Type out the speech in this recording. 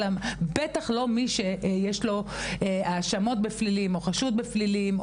בטח לא מי שיש לו האשמות בפלילים או חשוד בפלילים,